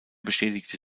beschädigte